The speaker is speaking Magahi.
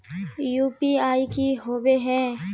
यु.पी.आई की होबे है?